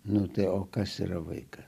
nu tai o kas yra vaikas